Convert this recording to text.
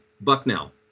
Bucknell